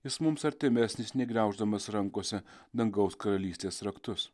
jis mums artimesnis nei gniauždamas rankose dangaus karalystės raktus